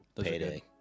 Payday